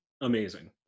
amazing